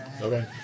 Okay